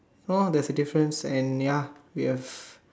no there's a difference and ya we have